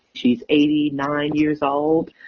she's eighty nine years old.